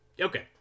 okay